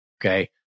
Okay